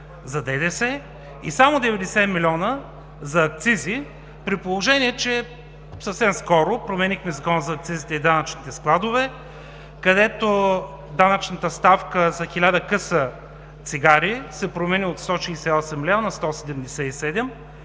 за ДДС и само 90 млн. за акцизи, при положение че съвсем скоро променихме Закона за акцизите и данъчните складове, където данъчната ставка за хиляда къса цигари се промени от 168 лв. на 177 лв.